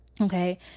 Okay